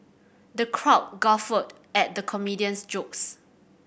the crowd guffawed at the comedian's jokes